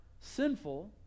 sinful